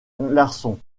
larsson